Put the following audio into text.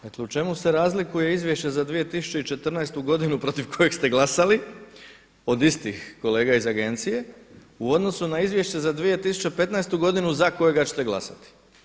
Dakle, u čemu se razlikuje Izvješće za 2014. godinu protiv kojeg ste glasali od istih kolega iz agencije u odnosu na Izvješće za 2015. godinu za kojega ćete glasati.